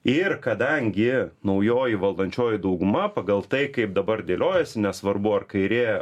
ir kadangi naujoji valdančioji dauguma pagal tai kaip dabar dėliojasi nesvarbu ar kairė